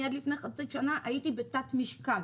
אני עד לפני חצי שנה, הייתי בתת משקל.